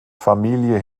familie